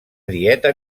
dieta